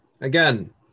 again